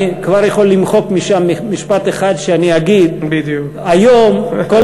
אני כבר יכול למחוק משם משפט אחד שאני אגיד: היום כל